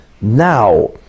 Now